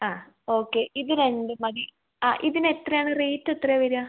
ആ ഓക്കേ ഇതു രണ്ട് മതി ആ ഇതിനെത്രയാണ് റേറ്റെത്രയാണു വരിക